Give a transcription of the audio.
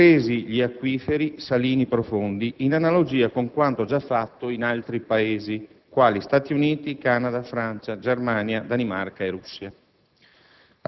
compresi gli acquiferi salini profondi, in analogia con quanto già fatto in altri Paesi, quali Stati Uniti, Canada, Francia, Germania, Danimarca e Russia.